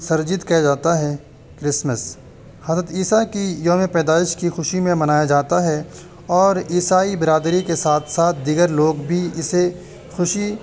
وسرجت کیا جاتا ہے کرسمس حضرت عیسیٰ کی یوم پیدائش کی خوشی میں منایا جاتا ہے اور عیسائی برادری کے ساتھ ساتھ دیگر لوگ بھی اسے خوشی